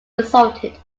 resulted